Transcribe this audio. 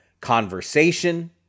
conversation